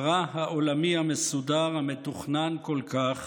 הרע העולמי המסודר, המתוכנן כל כך,